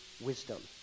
wisdom